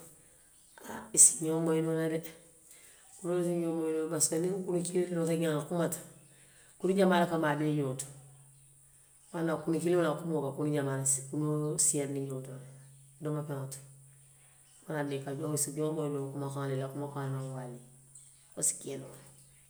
Haa, i se ñoŋ moyi noo le, kunoolu se ñoŋ moyi noo le. Parise ke niŋ kunu kiliŋ loota a kumata kunu jamaa le ka maabee ñoo to. Wo le ye a tinna kunuŋ kiliŋo la kumoo ka kunu siyaandi ñoo to domofeŋo ti, wo le ye a tinna i se ñoŋ moyi noo kumakaŋo to, ila kumakaŋo buka waalii, wo se kee noo le.